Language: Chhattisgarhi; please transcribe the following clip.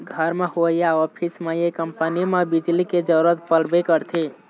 घर म होए या ऑफिस म ये कंपनी म बिजली के जरूरत परबे करथे